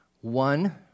one